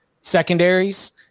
secondaries